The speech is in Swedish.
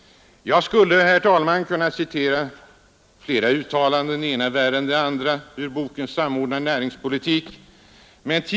Jag skulle, herr talman, kunna citera fler uttalanden, det ena värre än det andra, ur boken Samordnad näringspolitik.